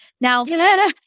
Now